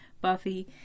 Buffy